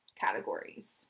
categories